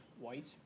White